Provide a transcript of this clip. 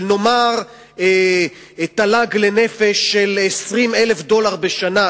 של נאמר תל"ג לנפש של 20,000 דולר בשנה,